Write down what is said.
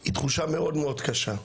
היא תחושה מאוד מאוד קשה,